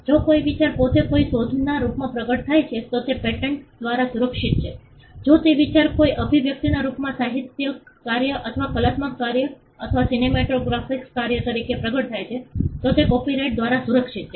જો કોઈ વિચાર પોતે કોઈ શોધના રૂપમાં પ્રગટ થાય છે તો તે પેટન્ટ દ્વારા સુરક્ષિત છે જો તે વિચાર કોઈ અભિવ્યક્તિના રૂપમાં સાહિત્યિક કાર્ય અથવા કલાત્મક કાર્ય અથવા સિનેમેટોગ્રાફિક કાર્ય તરીકે પ્રગટ થાય છે તો તે કોપિરાઇટ દ્વારા સુરક્ષિત છે